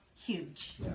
huge